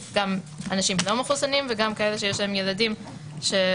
גם אנשים לא מחוסנים וגם כאלה שיש להם ילדים לא